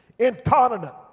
Incontinent